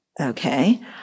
Okay